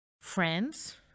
Friends